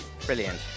Brilliant